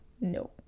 No